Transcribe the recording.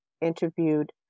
interviewed